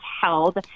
held